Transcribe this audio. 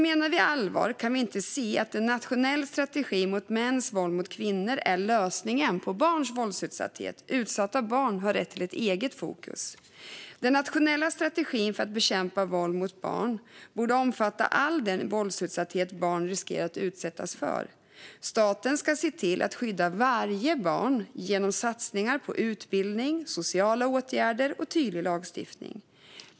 Menar vi allvar kan vi inte se att en nationell strategi mot mäns våld mot kvinnor är lösningen på barns våldsutsatthet. Utsatta barn har rätt till ett eget fokus. Den nationella strategin för att bekämpa våld mot barn borde omfatta all den våldsutsatthet barn riskerar att utsättas för. Staten ska se till att skydda varje barn genom satsningar på utbildning, sociala åtgärder och tydlig lagstiftning.